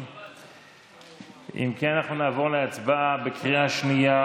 אנחנו עוברים להצבעה בקריאה שנייה